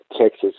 Texas